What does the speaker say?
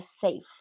safe